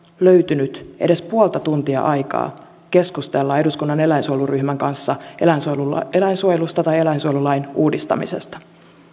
löytynyt edes puolta tuntia aikaa keskustella eduskunnan eläinsuojeluryhmän kanssa eläinsuojelusta tai eläinsuojelulain uudistamisesta